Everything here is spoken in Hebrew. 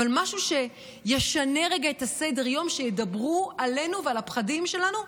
אבל משהו שישנה רגע את סדר-היום: שידברו עלינו ועל הפחדים שלנו,